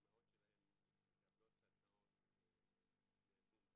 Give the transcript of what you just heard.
והאימהות שלהם מקבלות סדנאות מארגון 'בטרם'